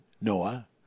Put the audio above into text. Noah